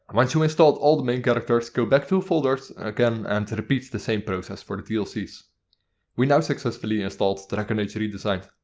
once you installed all the main characters, go back two folders again and repeat the same process for the dlc's. we now succesfully installed dragon age redesigned.